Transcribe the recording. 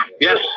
Yes